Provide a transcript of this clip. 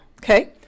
okay